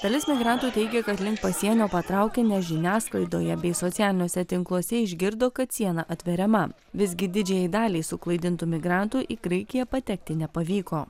dalis migrantų teigė kad link pasienio patraukė nes žiniasklaidoje bei socialiniuose tinkluose išgirdo kad siena atveriama visgi didžiajai daliai suklaidintų migrantų į graikiją patekti nepavyko